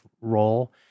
role